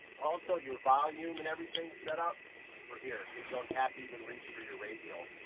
also your volume and everything set up for here, so you don't have even reach for your radio.